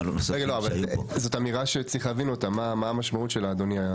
אמירה שיש להבין את המשמעות שלה.